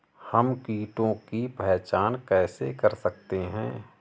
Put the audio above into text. हम कीटों की पहचान कैसे कर सकते हैं?